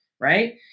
right